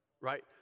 right